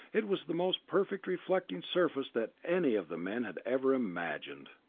it was the most perfect reflecting surface that any of the men had ever imagined.